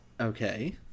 Okay